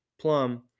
plum